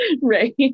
right